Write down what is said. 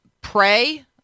pray